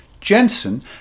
Jensen